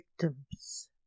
victims